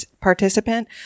participant